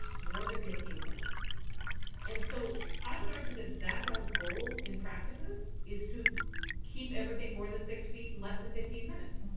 more than fifteen minutes and so i would argue that that's our goal in practices is to keep everything more than six feet, and less than fifteen minutes,